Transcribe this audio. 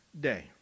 day